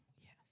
Yes